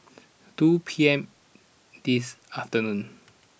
two P M this afternoon